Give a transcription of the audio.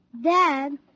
Dad